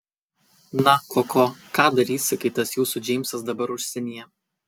na koko ką darysi kai tas jūsų džeimsas dabar užsienyje